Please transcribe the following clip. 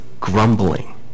grumbling